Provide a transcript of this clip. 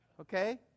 Okay